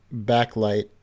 backlight